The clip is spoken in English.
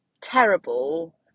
terrible